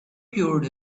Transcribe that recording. cured